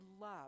love